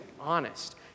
honest